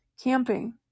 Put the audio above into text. camping